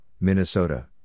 Minnesota